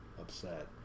upset